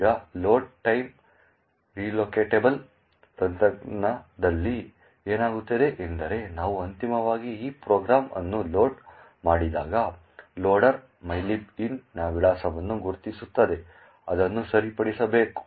ಈಗ load time relocatable ತಂತ್ರದಲ್ಲಿ ಏನಾಗುತ್ತದೆ ಎಂದರೆ ನಾವು ಅಂತಿಮವಾಗಿ ಈ ಪ್ರೋಗ್ರಾಂ ಅನ್ನು ಲೋಡ್ ಮಾಡಿದಾಗ ಲೋಡರ್ mylib int ನ ವಿಳಾಸವನ್ನು ಗುರುತಿಸುತ್ತದೆ ಅದನ್ನು ಸರಿಪಡಿಸಬೇಕು